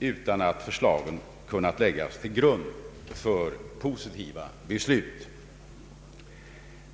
utan att förslagen kunnat läggas till grund för positiva beslut.